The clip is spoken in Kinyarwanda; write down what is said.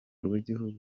rw’igihugu